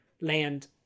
land